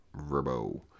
Verbo